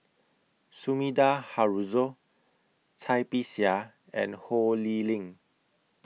Sumida Haruzo Cai Bixia and Ho Lee Ling